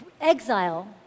Exile